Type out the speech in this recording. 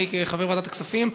אני כחבר ועדת הכספים,